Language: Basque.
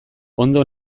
ondo